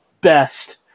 best